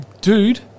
dude